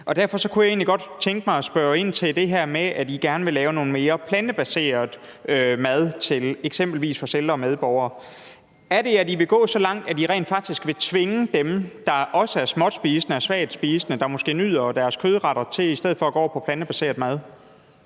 Derfor kunne jeg egentlig godt tænke mig at spørge ind til det her med, at I gerne vil lave noget mere plantebaseret mad til eksempelvis vores ældre medborgere. Vil I gå så langt, at I rent faktisk vil tvinge dem, der er småtspisende og måske nyder deres kødretter, til i stedet at gå over på plantebaseret mad?